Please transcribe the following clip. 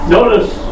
Notice